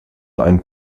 ein